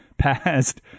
past